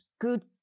good